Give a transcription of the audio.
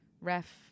ref